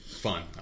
fun